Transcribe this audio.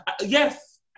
yes